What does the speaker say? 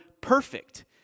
perfect